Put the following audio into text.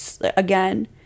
again